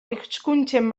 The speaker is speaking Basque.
hizkuntzen